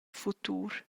futur